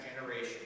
generation